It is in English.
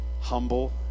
humble